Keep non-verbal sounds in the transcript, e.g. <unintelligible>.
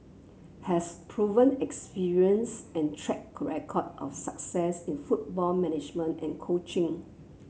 has proven experience and track <unintelligible> record of success in football management and coaching